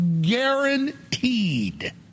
guaranteed